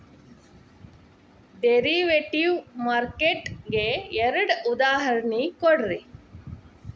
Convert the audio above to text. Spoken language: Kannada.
ಡೆರಿವೆಟಿವ್ ಮಾರ್ಕೆಟ್ ಗೆ ಎರಡ್ ಉದಾಹರ್ಣಿ ಕೊಡ್ರಿ